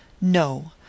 No